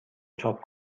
چاپ